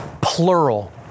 plural